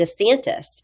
DeSantis